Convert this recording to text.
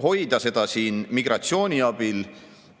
Hoida seda migratsiooni abil